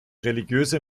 religiöse